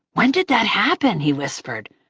when did that happen? he whispered,